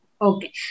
Okay